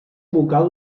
vocal